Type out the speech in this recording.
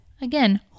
again